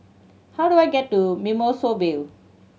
how do I get to Mimosa Vale